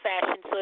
fashion